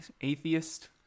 atheist